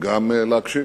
גם להקשיב,